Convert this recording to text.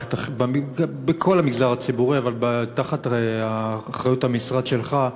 בכל המגזר הציבורי, אבל תחת אחריות המשרד שלך,